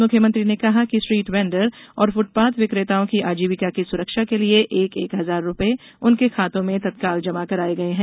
मुख्यमंत्री ने कहा कि स्ट्रीट वेण्डर और फुटपाथ विक्रेताओं की आजीविका की सुरक्षा के लिए एक एक हजार रूपए उनके खातों में तत्काल जमा कराए गए हैं